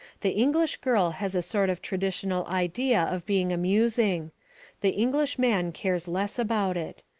the english girl has a sort of traditional idea of being amusing the english man cares less about it.